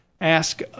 ask